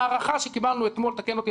ההערכה שקיבלנו אתמול תקן אותי,